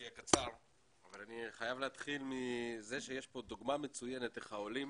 אני אהיה קצר אבל אני חייב להתחיל מזה שיש כאן דוגמה מצוינת איך העולים